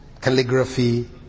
calligraphy